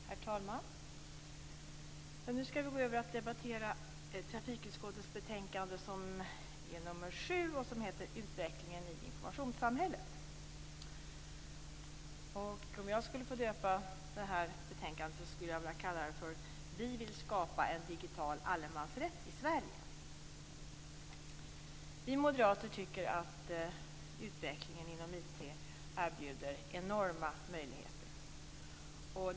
Herr talman! Nu skall vi gå över till att debattera trafikutskottets betänkande nr 7, som heter Utvecklingen i informationssamhället. Om jag skulle få döpa betänkandet skulle jag vilja kalla det Vi vill skapa en digital allemansrätt i Sverige. Vi moderater tycker att utvecklingen inom IT erbjuder enorma möjligheter.